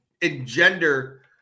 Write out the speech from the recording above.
engender